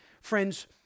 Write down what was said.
Friends